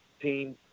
team